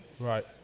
Right